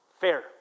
fair